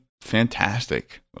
fantastic